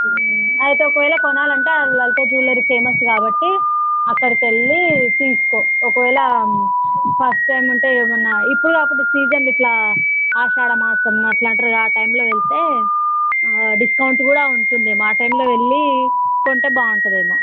అయితే ఒకవేళ కొనాలంటే ఆ లలిత జ్యువెలరీ ఫేమస్ కాబట్టి అక్కడికి వెళ్ళి తీసుకో ఒకవేళ ఫస్ట్ టైం ఉంటే ఏమన్న ఇప్పుడు కాకుంటే సీజన్లో ఇట్ల ఆషాడమాసం అట్ల అంటరుగా ఆ టైంలో వెళ్తే డిస్కౌంట్ కూడా ఉంటుంది ఏమో ఆ టైంలో వెళ్ళి కొంటే బాగుంటుంది ఏమో